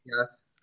Yes